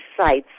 sites